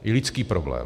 I lidský problém.